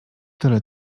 tyle